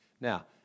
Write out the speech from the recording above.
Now